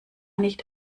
nicht